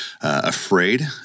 afraid